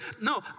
No